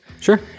Sure